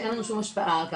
ואין לנו שום השפעה על כך.